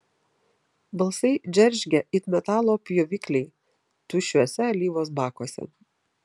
balsai džeržgė it metalo pjovikliai tuščiuose alyvos bakuose